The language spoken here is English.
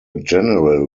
general